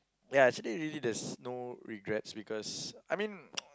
ya actually really there's no regrets because I mean